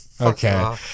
Okay